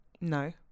No